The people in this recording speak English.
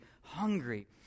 hungry